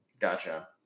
Gotcha